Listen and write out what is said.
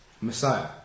Messiah